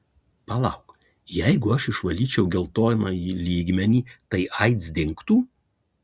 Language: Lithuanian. palauk jeigu aš išvalyčiau geltonąjį lygmenį tai aids dingtų